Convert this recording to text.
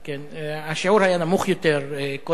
השיעור היה נמוך יותר קודם.